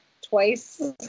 twice